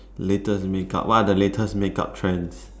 latest makeup what are the latest makeup trends